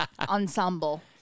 Ensemble